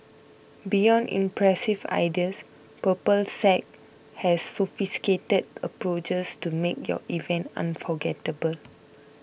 beyond impressive ideas Purple Sage has sophisticated approaches to make your events unforgettable